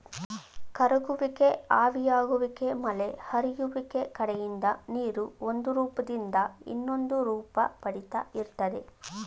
ಕರಗುವಿಕೆ ಆವಿಯಾಗುವಿಕೆ ಮಳೆ ಹರಿಯುವಿಕೆ ಕಡೆಯಿಂದ ನೀರು ಒಂದುರೂಪ್ದಿಂದ ಇನ್ನೊಂದುರೂಪ ಪಡಿತಾ ಇರ್ತದೆ